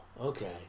okay